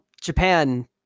Japan